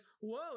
whoa